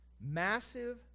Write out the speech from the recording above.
massive